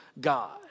God